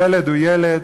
ילד הוא ילד,